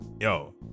yo